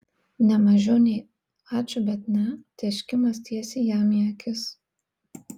ne mažiau nei ačiū bet ne tėškimas tiesiai jam į akis